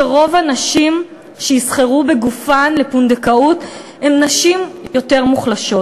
שרוב הנשים שיסחרו בגופן לפונדקאות הן נשים יותר מוחלשות,